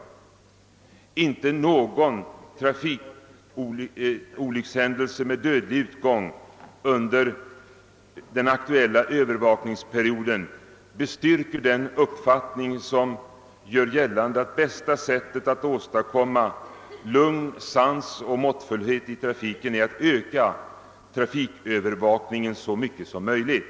Att det inte inträffade mnågon trafikolycka med dödlig utgång under den aktuella övervakningsperioden bestyrker att bästa sättet att åstadkomma lugn, sans och måttfullhet i trafiken är att öka trafikövervakningen så mycket som möjligt.